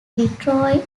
detroit